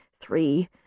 Three